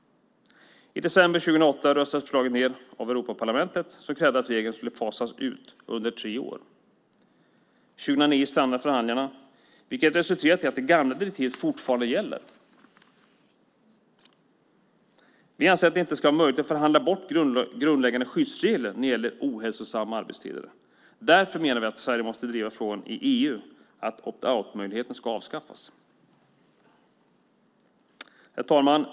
I december 2008 röstades förslaget ned av Europaparlamentet som krävde att regeln skulle fasas ut under tre år. År 2009 strandade förhandlingarna vilket resulterat i att det gamla direktivet fortfarande gäller. Vi anser att det inte ska vara möjligt att förhandla bort grundläggande skyddsregler när det gäller ohälsosamma arbetstider. Därför menar vi att Sverige måste driva frågan i EU att opt-out-möjligheten ska avskaffas. Herr talman!